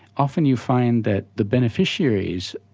often you find that the beneficiaries,